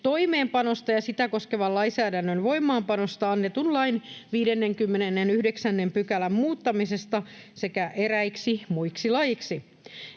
toimeenpanosta ja sitä koskevan lainsäädännön voimaanpanosta annetun lain 59 §:n muuttamisesta sekä eräiksi muiksi laeiksi.